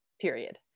period